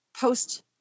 post